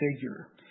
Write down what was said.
figure